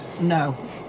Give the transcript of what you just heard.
No